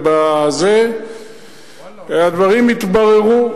הדברים יתבררו,